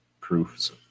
proofs